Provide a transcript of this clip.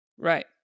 Right